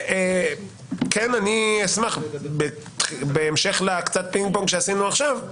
וכן אני אשמח, בהמשך לקצת פינג-פונג שעשינו עכשיו,